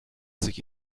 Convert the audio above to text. sich